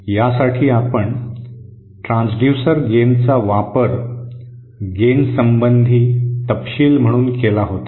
यासाठी आपण ट्रान्सड्यूसर गेनचा वापर गेन संबंधी तपशील म्हणून केला होता